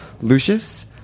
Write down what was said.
Lucius